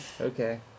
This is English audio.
okay